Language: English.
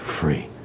free